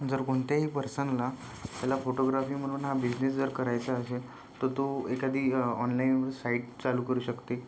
जर कोणत्याही पर्सनला त्याला फोटोग्राफी म्हणून हा बिझनेस जर करायचा असेल तर तो एखादी ऑनलाईन साईट चालू करू शकते